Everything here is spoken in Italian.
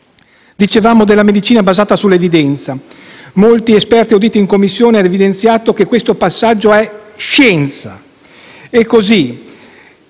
Dicevamo della medicina basata sull'evidenza. Molti esperti auditi in Commissione hanno evidenziato come questo passaggio è scienza. È così.